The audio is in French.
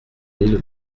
mille